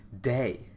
day